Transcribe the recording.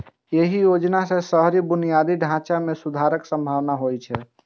एहि योजना सं शहरी बुनियादी ढांचा मे सुधारक संभावना छै